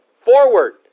forward